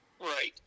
Right